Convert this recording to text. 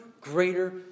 greater